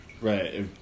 Right